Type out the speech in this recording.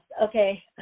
Okay